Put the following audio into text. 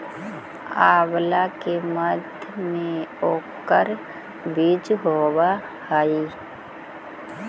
आंवला के मध्य में ओकर बीज होवअ हई